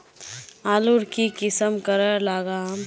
आलूर की किसम करे लागम?